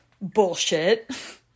bullshit